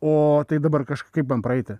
o tai dabar kaž kaip man praeiti